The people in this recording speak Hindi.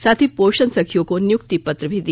साथ ही पोषण सखियों को नियुक्ति पत्र भी दिया